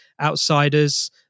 outsiders